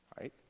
Right